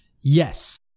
Yes